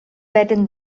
werden